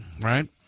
right